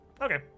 Okay